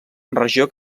regió